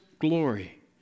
glory